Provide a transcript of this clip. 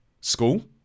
school